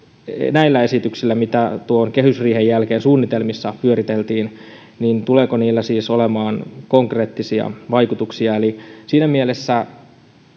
näillä esityksillä mitä tuon kehysriihen jälkeen suunnitelmissa pyöriteltiin siis olemaan konkreettisia vaikutuksia eli siinä mielessä